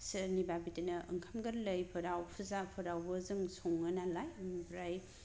सोरनिबा बिदिनो ओंखाम गोरलैफोराव फुजाफोरावबो जों सङो नालाय आमफ्राय